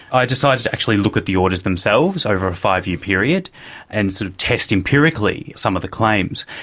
i decided to actually look at the orders themselves over a five-year period and sort of test empirically some of the claims.